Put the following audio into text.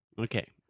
Okay